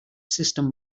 system